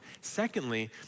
Secondly